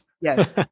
Yes